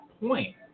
point